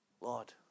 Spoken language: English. Lord